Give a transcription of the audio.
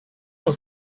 was